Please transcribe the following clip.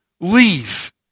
leave